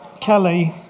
Kelly